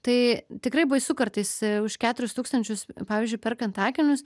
tai tikrai baisu kartais už keturis tūkstančius pavyzdžiui perkant akinius